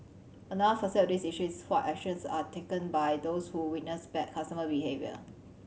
another facet of this issue is what actions are taken by those who witness bad customer behaviour